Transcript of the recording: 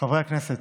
חברי הכנסת,